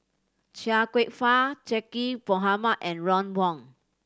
Chia Kwek Fah Zaqy Mohamad and Ron Wong